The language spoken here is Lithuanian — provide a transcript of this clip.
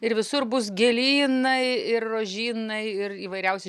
ir visur bus gėlynai ir rožynai ir įvairiausi